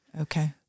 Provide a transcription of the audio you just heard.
Okay